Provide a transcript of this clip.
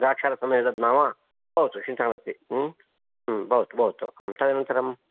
द्राक्षारसमेव दद्मः वा भवतु चिन्ता नास्ति आम् भवतु भवतु तदनन्तरं